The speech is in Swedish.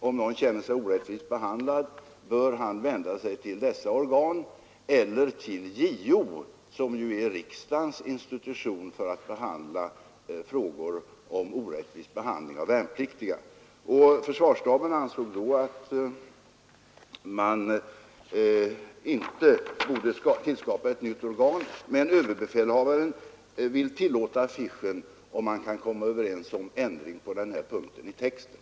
Om någon känner sig orättvist behandlad bör han vända sig till dessa organ eller till den riksdagens ombudsman som har att pröva frågor om orättvis behandling av värnpliktiga. Försvarsstaben ansåg att man inte borde tillskapa ett nytt organ, men överbefälhavaren vill tillåta affischen om man kan komma överens om ändring på denna punkt i texten.